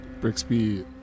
Brixby